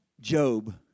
Job